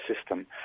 system